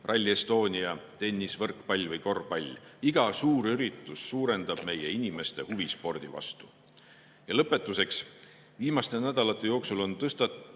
Rally Estonia, tennis, võrkpall või korvpall – iga suurüritus suurendab meie inimeste huvi spordi vastu. Lõpetuseks. Viimaste nädalate jooksul on tõstatunud